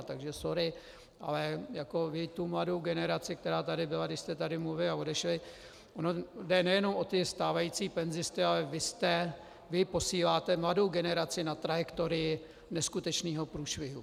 Takže sorry, ale vy tu mladou generaci, která tady byla, když jste tady mluvili, a odešli, ono jde nejenom o ty stávající penzisty, ale vy posíláte mladou generaci na trajektorii neskutečného průšvihu.